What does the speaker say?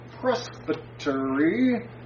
presbytery